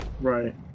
Right